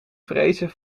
vrezen